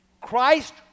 Christ